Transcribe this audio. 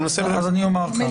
אז אני אומר כך,